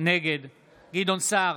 נגד גדעון סער,